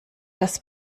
das